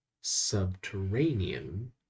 subterranean